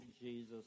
jesus